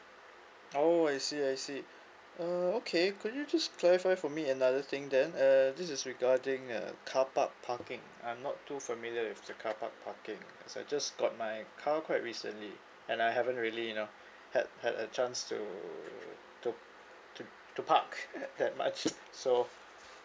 oh I see I see uh okay could you just clarify for me another thing then uh this is regarding uh car park parking I'm not too familiar with the car park parking cos I just got my car quite recently and I haven't really you know had had a chance to to to to park that much so